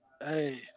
Hey